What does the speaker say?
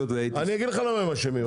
אני אגיד לך למה הם אשמים.